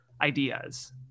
ideas